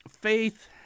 faith